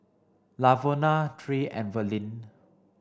Lavona Tre and Verlyn